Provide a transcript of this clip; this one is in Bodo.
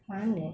मा होन्नो